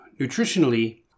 nutritionally